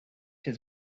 his